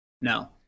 No